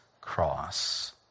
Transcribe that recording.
cross